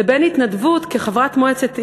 לבין התנדבות כחברת מועצת עיר,